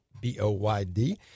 B-O-Y-D